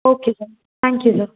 okay sir thank you sir